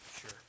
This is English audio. Sure